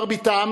מרביתם